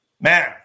Man